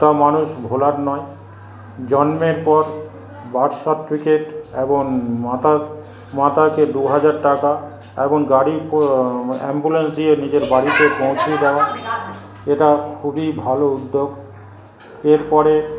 তা মানুষ ভোলার নয় জন্মের পর বার্থ সার্টিফিকেট এবং মাতার মাতাকে দুহাজার টাকা এবং গাড়ি কো অ্যাম্বুলেন্স দিয়ে নিজের বাড়িতে পৌঁছে দেওয়া এটা খুবই ভালো উদ্যোগ এরপরে